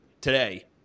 today